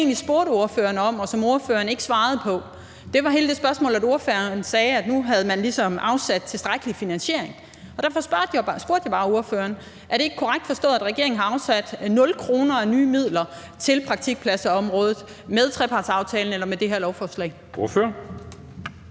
Men det, jeg egentlig spurgte ordføreren om, og som ordføreren ikke svarede på, var, i forbindelse med at ordføreren sagde, at nu havde man ligesom afsat tilstrækkelig finansiering. Og derfor spurgte jeg bare ordføreren: Er det ikke korrekt forstået, at regeringen har afsat 0 kr. af nye midler til praktikpladsområdet – med trepartsaftalen eller med det her lovforslag? Kl.